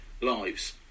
lives